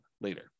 later